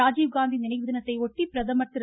ராஜீவ் காந்தி நினைவுதினத்தையொட்டி பிரதமர் திரு